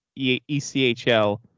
ECHL